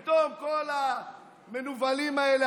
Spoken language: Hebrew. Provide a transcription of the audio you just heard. פתאום כל המנוולים האלה,